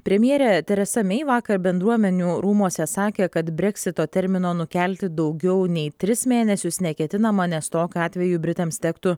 premjerė teresa mei vakar bendruomenių rūmuose sakė kad breksito termino nukelti daugiau nei tris mėnesius neketinama nes tokiu atveju britams tektų